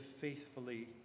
faithfully